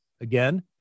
Again